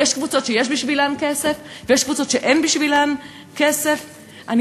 יש קבוצות שיש בשבילן כסף ויש קבוצות שאין בשבילן כסף?